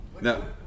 No